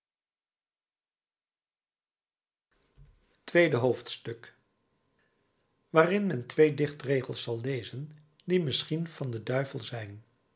tweede hoofdstuk waarin men twee dichtregels zal lezen die misschien van den duivel zijn